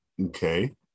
Okay